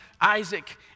Isaac